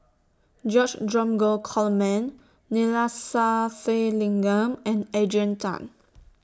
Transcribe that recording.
George Dromgold Coleman Neila Sathyalingam and Adrian Tan